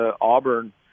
Auburn